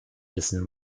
wissen